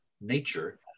Nature